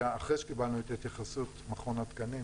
אחרי שקיבלנו את התייחסות מכון התקנים,